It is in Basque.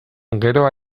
gero